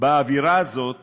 באווירה הזאת